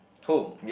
home